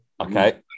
Okay